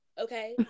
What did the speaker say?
Okay